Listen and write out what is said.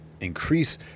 increase